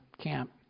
camp